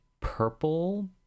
Purple